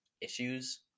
issues